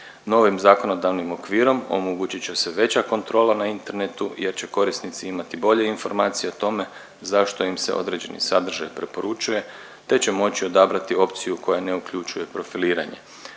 Novim zakonodavnim okvirom omogućit će se veća kontrola na internetu jer će korisnici imati bolje informacije o tome zašto im se određeni sadržaj preporučuje te će moći odabrati opciju koja ne uključuje profiliranje.